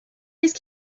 ice